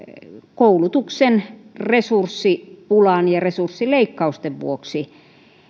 koulutuksen resurssipulan ja resurssileikkausten vuoksi